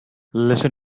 listen